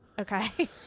Okay